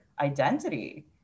identity